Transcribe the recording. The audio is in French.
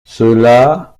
cela